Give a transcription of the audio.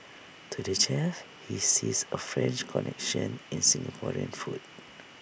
to the chef he sees A French connection in Singaporean food